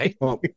right